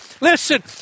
Listen